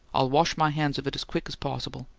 i'll wash my hands of it as quick as possible.